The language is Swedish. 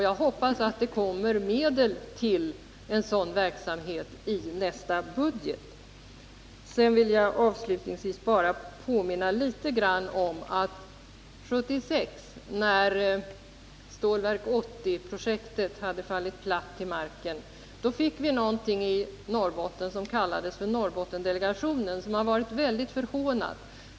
Jag hoppas att det kommer att föreslås medel till en sådan verksamhet i nästa budget. Sedan vill jag avslutningsvis bara påminna om att vi år 1976, då Stålverk 80-projektet hade fallit platt till marken, i Norrbotten fick någonting som kallades för Norrbottensdelegationen och som varit väldigt förhånad.